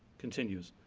continues,